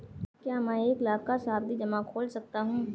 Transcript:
क्या मैं एक लाख का सावधि जमा खोल सकता हूँ?